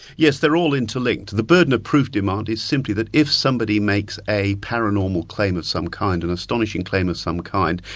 yes, they're all inter-linked. the burden of proof demand is simply that if somebody makes a paranormal claim of some kind, an and astonishing claim of some kind,